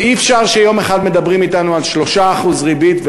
אבל אי-אפשר שיום אחד מדברים אתנו על 3% ריבית,